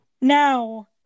Now